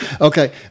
Okay